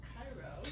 Cairo